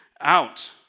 out